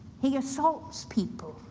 he assaults people,